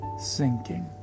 sinking